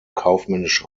kaufmännische